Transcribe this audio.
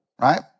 right